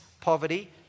poverty